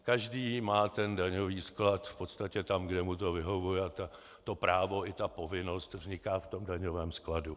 Každý má ten daňový sklad v podstatě tam, kde mu to vyhovuje, a to právo i ta povinnost vzniká v tom daňovém skladu.